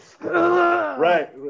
right